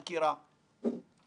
רק את הבנקים עצמם.